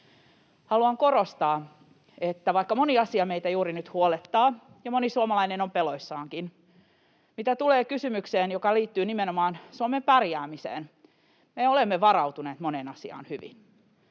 Haluan korostaa, että vaikka moni asia meitä juuri nyt huolettaa ja moni suomalainen on peloissaankin, niin mitä tulee kysymykseen, joka liittyy nimenomaan Suomen pärjäämiseen, me olemme varautuneet moneen asiaan hyvin,